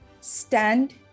stand